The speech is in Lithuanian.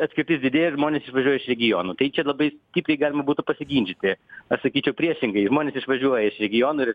atkirtis didėja ir žmonės išvažiuoja iš regionų tai čia labai stipriai galima būtų pasiginčyti aš sakyčiau priešingai žmonės išvažiuoja iš regionų ir